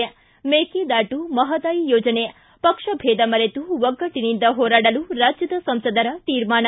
್ಟಿ ಮೇಕೆದಾಟು ಮಹದಾಯಿ ಯೋಜನೆ ಪಕ್ಷಭೇದ ಮರೆತು ಒಗ್ಗಟ್ಟನಿಂದ ಹೋರಾಡಲು ರಾಜ್ಯದ ಸಂಸದರ ತೀರ್ಮಾನ